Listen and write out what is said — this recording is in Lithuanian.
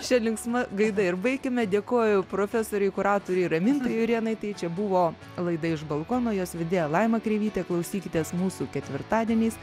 šia linksma gaida ir baikime dėkoju profesorei kuratorei ramintai jurėnaitei čia buvo laida iš balkono jos vedėja laima kreivytė klausykitės mūsų ketvirtadieniais